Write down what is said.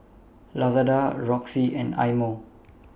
Lazada Roxy and Eye Mo